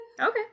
Okay